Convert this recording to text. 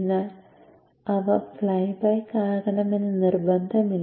എന്നാൽ അവ ഫ്ളൈബാക്ക് ആകണമെന്ന് നിർബന്ധം ഇല്ല